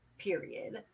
period